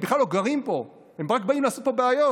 הם בכלל לא גרים פה, הם רק באים לעשות פה בעיות.